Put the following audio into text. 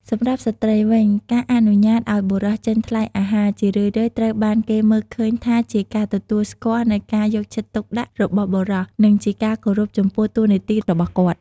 សម្រាប់ស្ត្រីវិញ ការអនុញ្ញាតឱ្យបុរសចេញថ្លៃអាហារ ជារឿយៗត្រូវបានគេមើលឃើញថាជាការទទួលស្គាល់នូវការយកចិត្តទុកដាក់របស់បុរស និងជាការគោរពចំពោះតួនាទីរបស់គាត់។